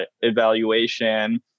evaluation